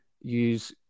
use